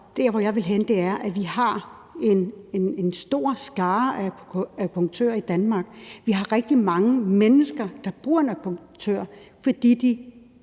der, hvor jeg vil hen, er, at vi har en stor skare af akupunktører i Danmark, og vi har rigtig mange mennesker, der bruger akupunktører, fordi de